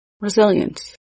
resilience